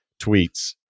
tweets